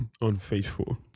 unfaithful